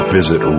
Visit